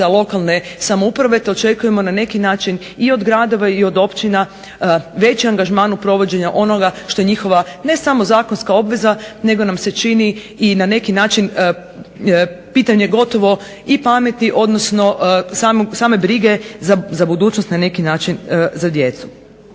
lokalne samouprave, te očekujemo na neki način i od gradova i od općina veći angažman u provođenju onoga što je njihova ne samo zakonska obveza nego nam se čini i na neki način pitanje gotovo i pameti odnosno i same brige za budućnost na neki način za djecu.